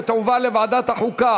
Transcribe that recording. ותועבר לוועדת החוקה,